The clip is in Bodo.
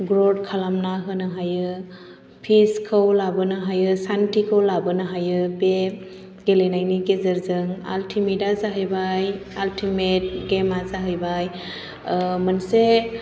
ग्रौथ खालामना होनो हायो पिस खौ लाबोनो हायो सान्थिखौ लाबोनो हायो बे गेलेनायनि गेजेरजों आल्टिमेट आ जाहैबाय आल्टिमेट फ्रिसबि गेमआ जाहैबाय मोनसे